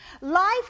Life